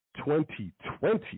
2020